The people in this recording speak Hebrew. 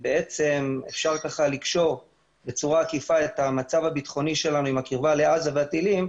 אפשר לקשור בצורה עקיפה את המצב הביטחוני שלנו עם הקירבה לעזה והטילים,